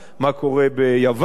מה קורה ביוון,